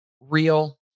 real